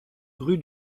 rue